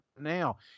now